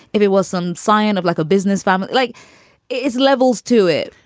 if it was some sign of like a business family like is levels to it.